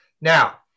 Now